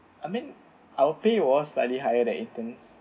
I mean I was pay was slightly higher than interns